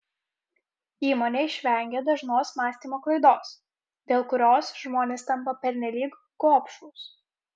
įmonė išvengė dažnos mąstymo klaidos dėl kurios žmonės tampa pernelyg gobšūs